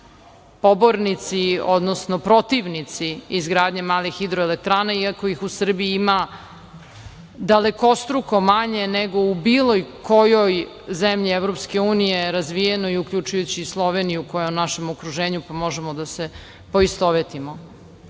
pobornici, odnosno protivnici izgradnje malih hidroelektrana iako ih u Srbiji ima dalekostruko manje nego u bilo kojoj zemlji EU razvijenoj, uključujući i Sloveniju koja je u našem okruženju pa možemo da se poistovetimo. Želim